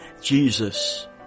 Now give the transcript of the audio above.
Jesus